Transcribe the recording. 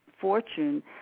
fortune